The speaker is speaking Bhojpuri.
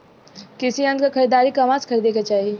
कृषि यंत्र क खरीदारी कहवा से खरीदे के चाही?